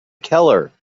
keller